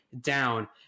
down